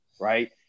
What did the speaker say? right